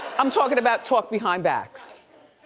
i'm talking about talk behind backs,